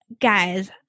guys